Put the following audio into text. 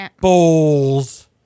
Bowls